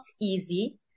easy